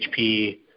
HP